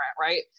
right